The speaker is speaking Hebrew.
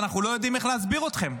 אנחנו לא יודעים איך להסביר אתכם,